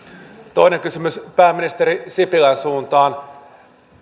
toinen kysymys pääministeri sipilän suuntaan